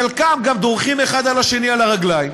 חלקם גם דורכים אחד לשני על הרגליים,